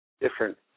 different